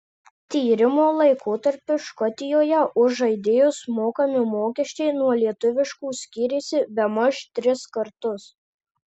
tyrimo laikotarpiu škotijoje už žaidėjus mokami mokesčiai nuo lietuviškų skyrėsi bemaž tris kartus